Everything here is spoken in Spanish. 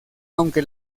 aunque